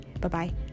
Bye-bye